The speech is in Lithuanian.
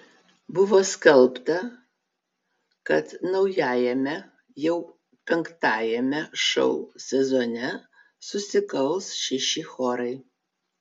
buvo skelbta kad naujajame jau penktajame šou sezone susikaus šeši chorai